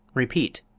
repeat,